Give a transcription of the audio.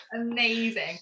amazing